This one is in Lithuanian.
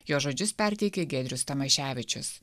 jo žodžius perteikė giedrius tamaševičius